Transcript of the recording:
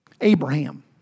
Abraham